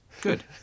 Good